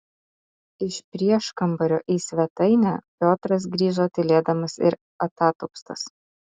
iš prieškambario į svetainę piotras grįžo tylėdamas ir atatupstas